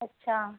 अच्छा